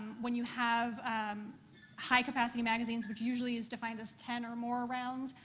when you have high-capacity magazines, which usually is defined as ten or more rounds,